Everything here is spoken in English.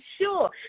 sure